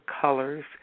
colors